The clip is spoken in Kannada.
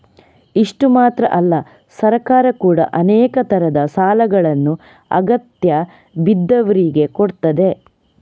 ಇಷ್ಟು ಮಾತ್ರ ಅಲ್ಲ ಸರ್ಕಾರ ಕೂಡಾ ಅನೇಕ ತರದ ಸಾಲಗಳನ್ನ ಅಗತ್ಯ ಬಿದ್ದವ್ರಿಗೆ ಕೊಡ್ತದೆ